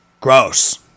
gross